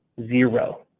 Zero